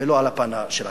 ולא על הפן של החיים.